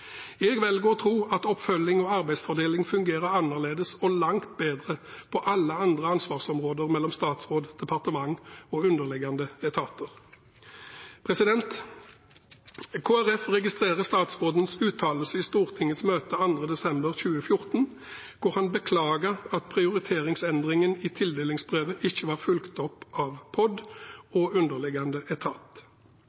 Jeg velger å tro at oppfølging og arbeidsfordeling fungerer annerledes og langt bedre på alle andre ansvarsområder mellom statsråd, departement og underliggende etater. Kristelig Folkeparti registrerer statsrådens uttalelse i Stortingets møte 2. desember 2014, der han beklaget at prioriteringsendringen i tildelingsbrevet ikke var fulgt opp av POD og underliggende